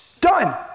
Done